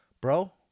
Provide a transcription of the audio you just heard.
Bro